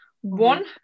one